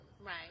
right